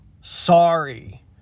sorry